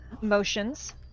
motions